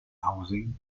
housing